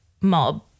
mob